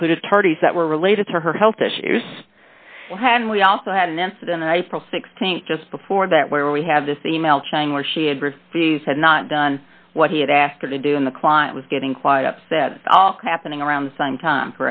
included parties that were related to her health issues and we also had an incident in sixteen just before that where we have this email chain where she had had not done what he had asked her to do in the client was getting quite upset all happening around the same time